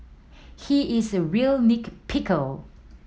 he is a real nit picker